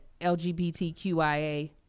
lgbtqia